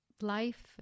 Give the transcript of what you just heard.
Life